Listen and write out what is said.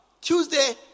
Tuesday